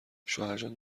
شوهرجان